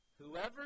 whoever